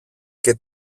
και